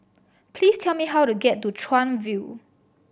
please tell me how to get to Chuan View